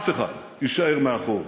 אף אחד, יישאר מאחור.